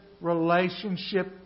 relationship